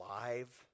alive